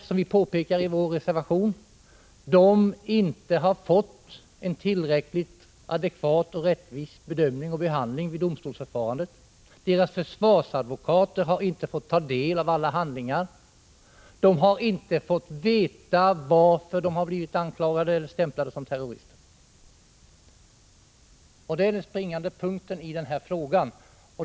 Som vi påpekar i vår reservation, har de inte fått en adekvat och rättvis behandling vid domstolsförfarandet. Deras försvarsadvokater har inte fått ta del av alla handlingar. De har inte fått veta varför de har blivit stämplade som terrorister, och det är den springande punkten i den här frågan.